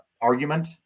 argument